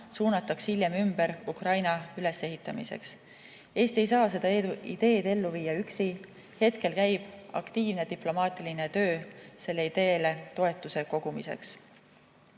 suunataks hiljem Ukraina ülesehitamiseks. Eesti ei saa seda ideed ellu viia üksi. Hetkel käib aktiivne diplomaatiline töö sellele ideele toetuse kogumiseks.